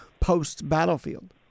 post-battlefield